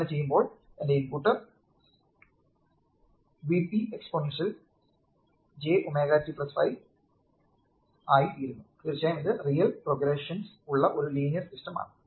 അങ്ങനെ ചെയ്യുമ്പോൾ എന്റെ ഇൻപുട്ട് Vp എക്സ്പോണൻഷ്യൽ jωt5 ആയിത്തീരുന്നു തീർച്ചയായും ഇത് റിയൽ പ്രോഗ്രഷൻസ് ഉള്ള ഒരു ലീനിയർ സിസ്റ്റം ആണ്